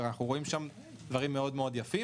אנחנו רואים שם דברים יפים מאוד.